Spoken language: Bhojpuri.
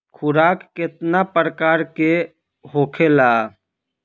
खुराक केतना प्रकार के होखेला?